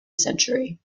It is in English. century